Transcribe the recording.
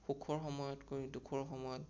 সুখৰ সময়তকৈ দুখৰ সময়ত